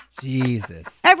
Jesus